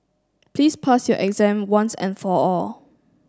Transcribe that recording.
please pass your exam once and for all